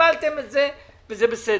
קיבלתם את זה וזה בסדר.